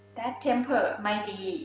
that temple might be,